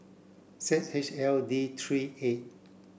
Z H L D three eight